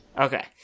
Okay